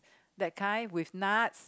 that kind with nuts